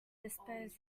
disposes